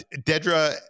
Dedra